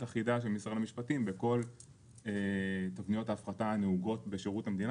אחידה של משרד המשפטים בכל תבניות ההפחתה הנהוגות בשירות המדינה